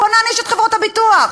בואו נעניש את חברות הביטוח.